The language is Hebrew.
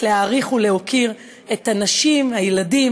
החלו להגיע לרשות ניירות ערך,